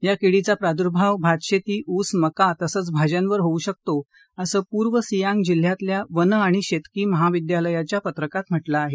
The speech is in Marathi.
या किडीचा प्रादुर्भाव भातशेती उस मका तसंच भाज्यांवर होऊ शकतो असं पुर्व सियांग जिल्ह्याततल्या वन आणि शेतकी महाविद्यालयाच्या पत्रकात म्हटलं आहे